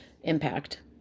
impact